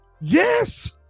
Yes